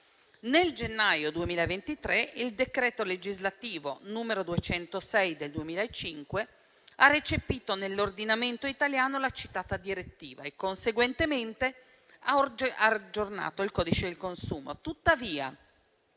Nel gennaio 2023, il decreto legislativo n. 206 del 2005 ha recepito nell'ordinamento italiano la citata direttiva e conseguentemente ha aggiornato il codice del consumo.